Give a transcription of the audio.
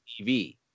TV